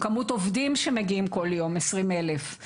כמות עובדים שמגיעים כול יום 20,000,